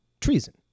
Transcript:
treason